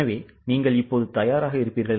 எனவே நீங்கள் இப்போது தயாராக இருப்பீர்கள்